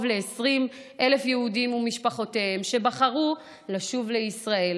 ל-20,000 יהודים ומשפחותיהם שבחרו לשוב לישראל.